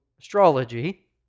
astrology